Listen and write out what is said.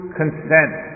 consent